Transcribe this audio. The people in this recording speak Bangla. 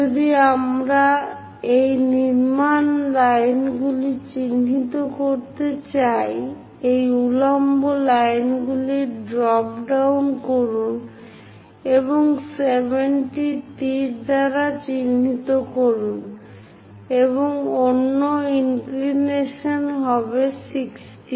যদি আমরা এই নির্মাণ লাইনগুলি চিহ্নিত করতে চাই এই উল্লম্ব লাইনগুলি ড্রপ ডাউন করুন এবং 70 তীর দ্বারা চিহ্নিত করুন এবং অন্য ইনক্লিনেশন হবে 60